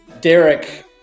derek